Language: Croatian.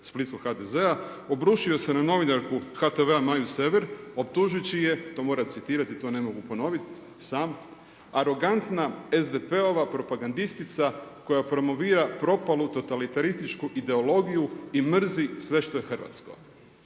splitskog HDZ-a obrušio se na novinarku HTV-a Maju Sever optužujući je, to moram citirati, to ne mogu ponoviti sam arogantna SDP-ova propagandistica koja promovira propalu totalitarističku ideologiju i mrzi sve što je hrvatsko.